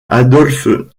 adolf